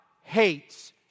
hates